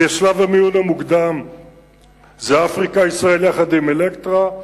בשלב המיון המוקדם הן "אפריקה ישראל" עם "אלקטרה",